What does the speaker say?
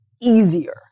easier